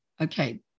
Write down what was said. okay